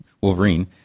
Wolverine